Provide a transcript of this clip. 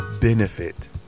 benefit